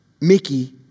Mickey